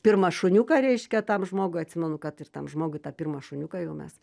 pirmą šuniuką reiškia tam žmogui atsimenu kad ir tam žmogui tą pirmą šuniuką jau mes